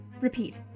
Repeat